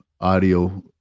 audio